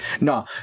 No